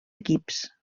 equips